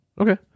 Okay